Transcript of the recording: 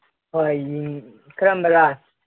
ꯍꯣꯏ ꯀꯔꯝꯕꯔꯥ